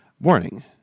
Warning